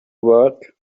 work